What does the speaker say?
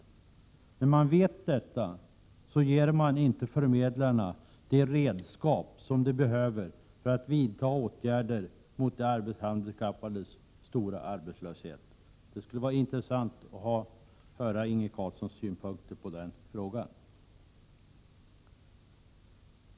Trots att man vet detta ger man inte förmedlarna de redskap som de behöver för att vidta åtgärder mot de arbetshandikappades stora arbetslöshet. Det skulle vara intressant att få höra Inge Carlssons synpunkter på denna fråga.